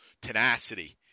tenacity